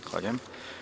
Zahvaljujem.